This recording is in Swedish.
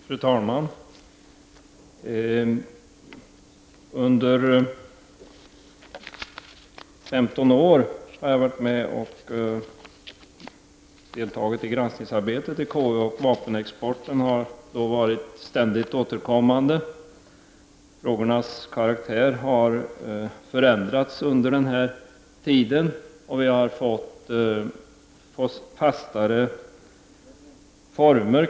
Fru talman! Under 15 år har jag deltagit i konstitutionsutskottets granskningsarbete. Vapenexporten har varit ett ständigt återkommande ärende. Frågornas karaktär har förändrats under den här tiden, och vi har fått fastare former.